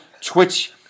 twitch